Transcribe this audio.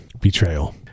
Betrayal